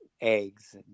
eggs